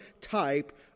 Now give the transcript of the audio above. type